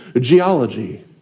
geology